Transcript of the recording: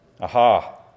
Aha